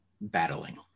battling